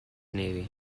navy